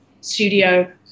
studio